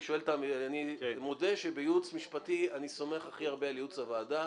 אני מודה שבייעוץ משפטי אני סומך הכי הרבה על ייעוץ הוועדה.